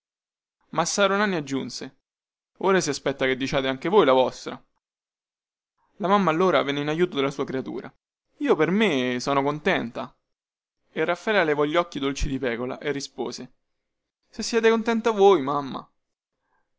massaro nanni aggiunse ora si aspetta che diciate anche voi la vostra la mamma allora venne in aiuto della sua creatura io per me sono contenta e raffaela levò gli occhi dolci di pecora e rispose se siete contenta voi mamma